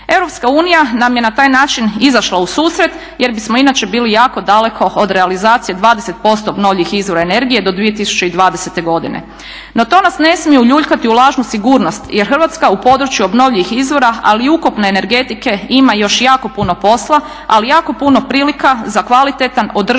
EU nam je na taj način izašla u susret jer bismo inače bili jako daleko od realizacije 20% obnovljivih izvora energije do 2020. godine. No, to nas ne smije uljuljkati u lažnu sigurnost jer Hrvatska u području obnovljivih izvora, ali i ukupno energetike, ima još jako puno posla ali i jako puno prilika za kvalitetan održivi